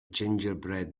gingerbread